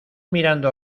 mirando